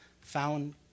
found